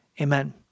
Amen